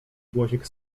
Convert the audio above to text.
głosik